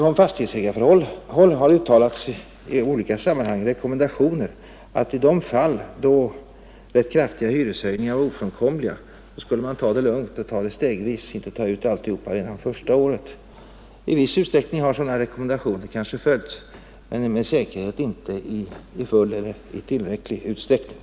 Från fastighetsägarsidan har det i olika sammanhang utfärdats rekommendationer om att i de fall där kraftiga hyreshöjningar varit ofrånkomliga skulle man ta det lugnt och gå stegvis fram, alltså inte ta ut alltihop redan första året. I viss utsträckning har de rekommendationerna kanske följts, men det har med säkerhet inte skett i full eller tillräcklig utsträckning.